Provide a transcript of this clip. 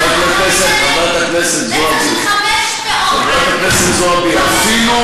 500, חברת הכנסת זועבי, חברת הכנסת זועבי, אפילו